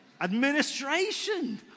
administration